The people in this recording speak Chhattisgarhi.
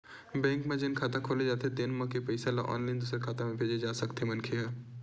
बेंक म जेन खाता खोले जाथे तेन म के पइसा ल ऑनलाईन दूसर खाता म भेजे जा सकथे मनखे ह